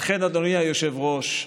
אדוני היושב-ראש,